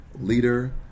leader